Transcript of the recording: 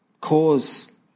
cause